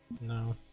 no